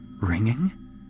ringing